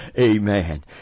Amen